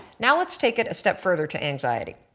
now let's take it a step further to anxiety.